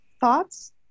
thoughts